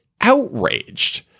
outraged